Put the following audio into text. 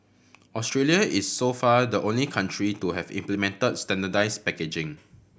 Australia is so far the only country to have implemented standardised packaging